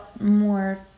more